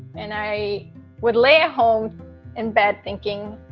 and i would lay a home in bed thinking,